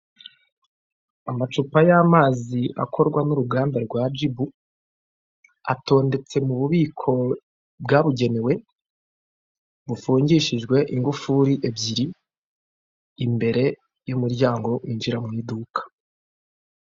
Amacupa y'amazi akorwa n'uruganda rwa jibu atondetse mu bubiko bwabugenewe bufungishijwe ingufuri ebyiri, imbere yumuryango winjira mu iduka.